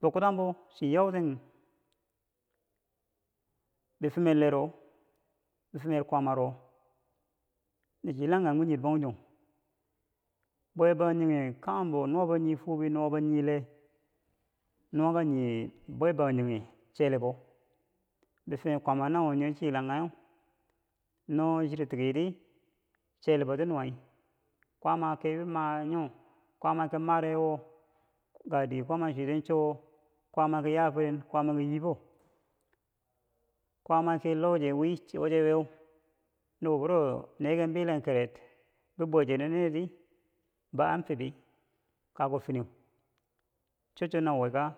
fo kutangbou chiyoten bifumer leero, bifumer kwaamaro nachi yila kanghum ki nyii bangjong bwebangjinghe kanghembo nuwa bo nyii fubi, nuwabo nyii lee, nuwa nyi bwebangjinghe chelebo, bifumer kwaamaro nawo nyeu chii yila kangheu no chiki tikiri chelebo ki nuwai kwaama ki bi ma nyo, kwaama ki mare wo ga dike kwaama chwitiyeu cho wo, kwaama ki ya firen, kwaama ki yi fo. kwaama che loche wii cho chi weu nubo buro neken bilenkereu bibwe nine di an fobi kakuko finiyeu chocho naweu ka,